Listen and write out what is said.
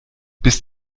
bist